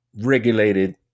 regulated